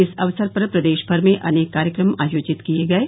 इस अवसर पर प्रदेश भर में अनेक कार्यक्रम आयोजित किये गये